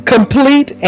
complete